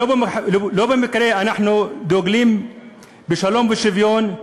לא במקרה אנחנו דוגלים בשלום ושוויון,